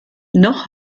noch